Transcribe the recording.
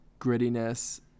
grittiness